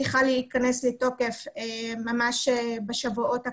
צריכה להיכנס לתוקף ממש בשבועות הקרובים.